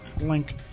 link